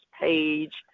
page